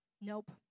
nope